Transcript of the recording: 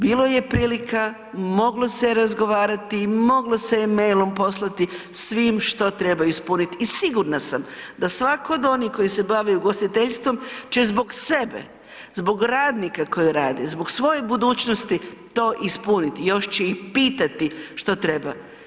Bilo je prilika, moglo se razgovarati i moglo se je mailom poslati svim što trebaju ispuniti i sigurna sam da svatko od onih koji se bave ugostiteljstvom će zbog sebe, zbog radnika koji rade, zbog svoje budućnosti to ispuniti još će i pitati što treba.